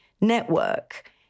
network